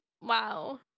wow